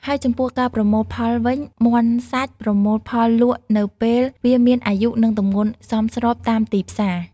ហើយចំពោះការប្រមូលផលវិញ មាន់សាច់ ប្រមូលផលលក់នៅពេលវាមានអាយុនិងទម្ងន់សមស្របតាមទីផ្សារ។